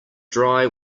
dry